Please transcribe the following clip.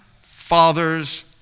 Father's